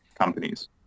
companies